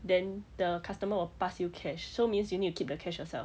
then the customer will pass you cash so means you need to keep the cash yourself